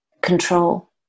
control